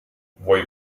voi